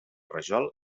rajol